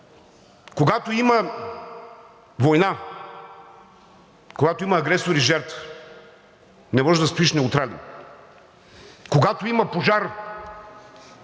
Когато има война, когато има агресор и жертва, не може да стоиш неутрален. Когато има пожар,